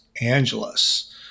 Angeles